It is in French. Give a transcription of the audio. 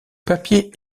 papier